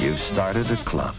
you started this club